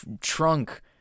trunk